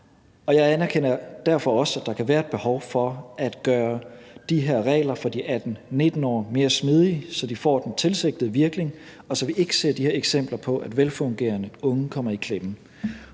Jeg anerkender derfor også, at der kan være et behov for at gøre de her regler for de 18-19-årige mere smidige, så de får den tilsigtede virkning, og så vi ikke ser de her eksempler på, at velfungerende unge kommer i klemme.